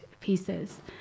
pieces